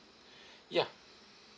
ya